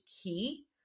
key